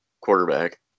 quarterback